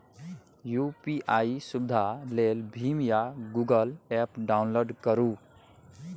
UPI सुविधा लेल भीम या गुगल एप्प डाउनलोड करु